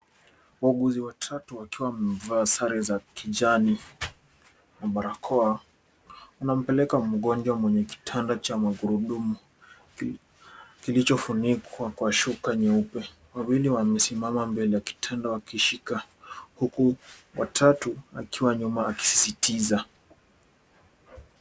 Wauguzi watatu wakiwa wamevaa sare za kijani na barakoa wanampeleka mgonjwa mwenye kitanda cha magurudumu kilichofunikwa kwa shuka nyeupe. Wawili wamesimama mbele ya kitanda wakishika huku watatu akiwa nyuma akisisitiza.